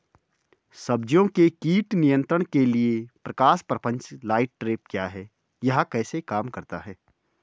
सब्जियों के कीट नियंत्रण के लिए प्रकाश प्रपंच लाइट ट्रैप क्या है यह कैसे काम करता है?